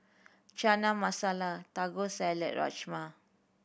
Chana Masala Taco Salad Rajma